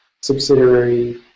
subsidiary